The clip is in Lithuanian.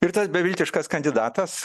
ir tas beviltiškas kandidatas